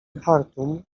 chartum